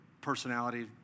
personality